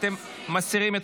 מסירים.